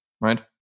right